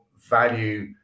value